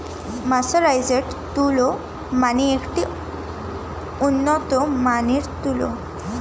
mercerised তুলো মানে একটি উন্নত মানের তুলো